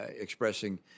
expressing